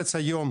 בארץ היום